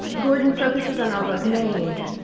gordon focuses on all those named,